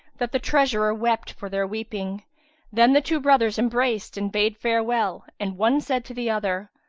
that the treasurer wept for their weeping then the two brothers embraced and bade farewell and one said to the other,